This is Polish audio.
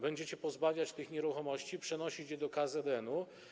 Będziecie pozbawiać tych nieruchomości, przenosić je do KZN-u.